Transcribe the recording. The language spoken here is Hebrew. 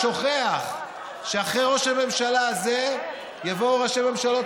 הוא שוכח שאחרי ראש הממשלה הזה יבואו ראשי ממשלות